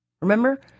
remember